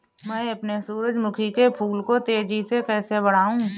मैं अपने सूरजमुखी के फूल को तेजी से कैसे बढाऊं?